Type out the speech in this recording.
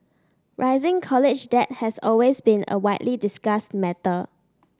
rising college debt has been a widely discussed matter